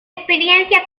experiencia